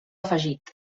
afegit